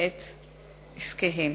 את עסקיהם.